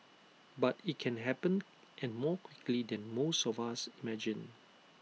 but IT can happen and more quickly than most of us imagine